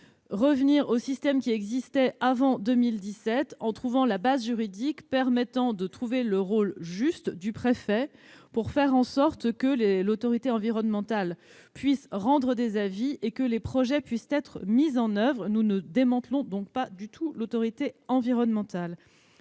revenir au système qui existait avant 2017 et trouver la base juridique permettant de définir le rôle du préfet de manière équilibrée, de sorte que l'autorité environnementale puisse rendre des avis et que les projets puissent être mis en oeuvre. Nous ne démantelons donc pas du tout l'autorité environnementale.